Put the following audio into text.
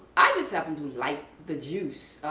i just happen to like the juice.